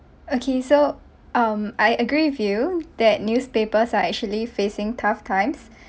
okay so um I agree with you that newspapers are actually facing tough times